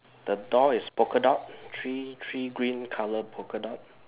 the door is polka dot three three green color polka dot